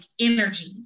energy